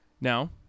now